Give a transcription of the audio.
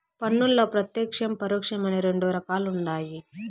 పన్నుల్ల ప్రత్యేక్షం, పరోక్షం అని రెండు రకాలుండాయి